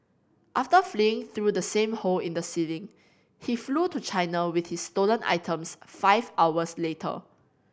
after fleeing through the same hole in the ceiling he flew to China with his stolen items five hours later